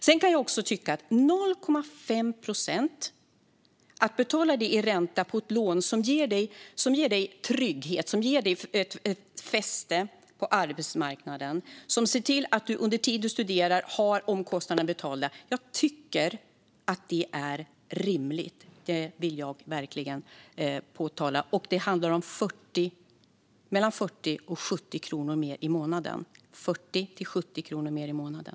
Att betala 0,5 procent i ränta på ett lån som ger dig trygghet, som ger dig ett fäste på arbetsmarknaden och som ser till att du under den tid du studerar har omkostnaderna betalda kan jag också tycka är rimligt. Det vill jag verkligen säga. Det handlar också om mellan 40 och 70 kronor mer i månaden.